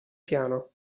piano